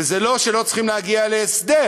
וזה לא שלא צריך להגיע להסדר,